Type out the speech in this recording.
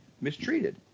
mistreated